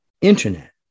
internet